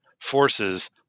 forces